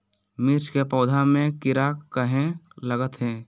मिर्च के पौधा में किरा कहे लगतहै?